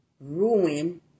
ruin